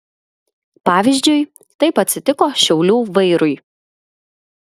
pavyzdžiui taip atsitiko šiaulių vairui